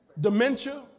dementia